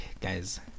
guys